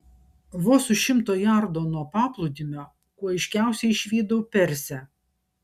vos už šimto jardo nuo paplūdimio kuo aiškiausiai išvydau persę